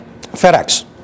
FedEx